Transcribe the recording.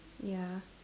ya